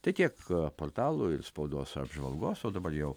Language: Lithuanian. tai tiek portalų ir spaudos apžvalgos o dabar jau